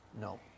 No